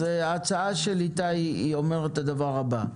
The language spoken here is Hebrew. ההצעה של איתי אומרת את הדבר הבא: